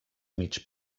mig